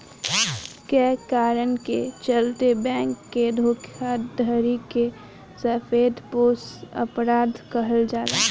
कए कारण के चलते बैंक के धोखाधड़ी के सफेदपोश अपराध कहल जाला